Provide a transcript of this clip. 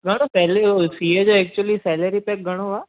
दादा पहले उहो सी ए जो एक्चुली सैलरी पैक घणो आहे